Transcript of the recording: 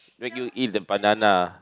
make you eat the banana